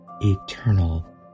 eternal